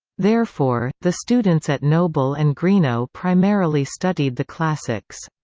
therefore, the students at noble and greenough primarily studied the classics.